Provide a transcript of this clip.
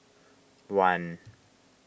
one